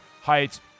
Heights